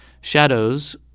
Shadows